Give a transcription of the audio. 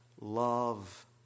love